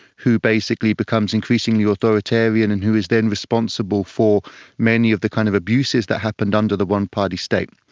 who basically becomes increasingly authoritarian and who is then responsible for many of the kind of abuses that happened under the one-party state.